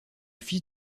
fils